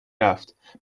رفت